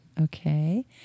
Okay